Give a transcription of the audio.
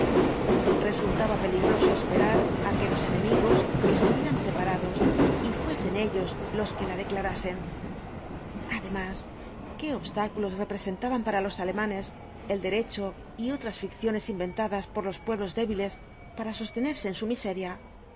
resultaba peligroso es v blasco ibáñbz perar á que los enemigos estuvieran preparados y fuesen ellos los que la declarasen además qué obstáculos representaban para los alemanes el derecho y otras ficciones inventadas por los pueblos débiles para sostenerse en su miseria